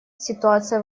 ситуация